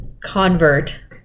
convert